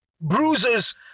Bruises